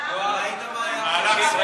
אבל ראית מה היה פה.